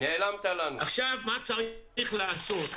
--- עכשיו מה צריך לעשות.